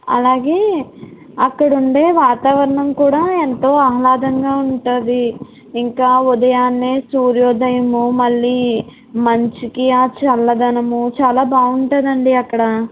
అలాగే అక్కడ ఉండే వాతావరణం కూడా ఎంతో ఆహ్లాదంగా ఉంటుంది ఇంకా ఉదయాన్నే సూర్యోదయము మళ్ళీ మంచుకి ఆ చల్లదనము చాలా బాగుంటుందండీ అక్కడ